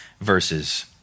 verses